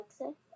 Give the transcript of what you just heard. Okay